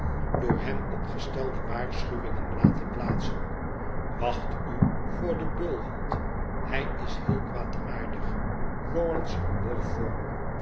door hem opgestelde waarschuwingen laten plaatsen wacht u voor den bulhond hij is heel kwaadaardig lawrence